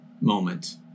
moment